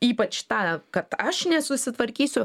ypač ta kad aš nesusitvarkysiu